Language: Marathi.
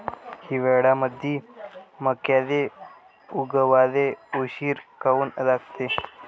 हिवाळ्यामंदी मक्याले उगवाले उशीर काऊन लागते?